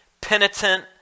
penitent